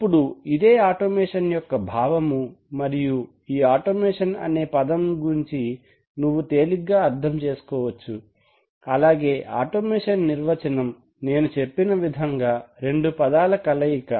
ఇప్పుడు ఇదే ఆటోమేషన్ యొక్క భావము మరియు ఈ ఆటోమేషన్ అనే పదం నుంచి నువ్వు తేలిగ్గా అర్థం చేసుకోవచ్చు అలాగే ఆటోమేషన్ నిర్వచనం నేను చెప్పిన విధంగా రెండు పదాల కలయిక